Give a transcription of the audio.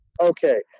Okay